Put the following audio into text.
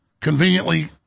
conveniently